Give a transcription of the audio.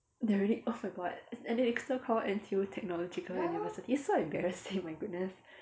they already oh my god and then they still call N_T_U technological university it's so embarrassing oh my goodness